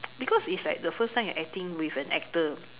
because is like the first time you're acting with an actor